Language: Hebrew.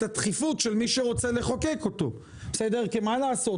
הדחיפות של מי שרוצה לחוקק אותו כי מה לעשות,